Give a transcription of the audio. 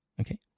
Okay